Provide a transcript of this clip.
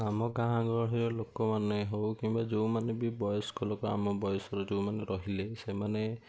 ଆମ ଗାଁ ଗହଳିର ଲୋକମାନେ ହଉ କିମ୍ବା ଯେଉଁମାନେ ବି ବୟସ୍କ ଲୋକ ଆମ ବୟସର ଯେଉଁମାନେ ରହିଲେ ସେମାନେ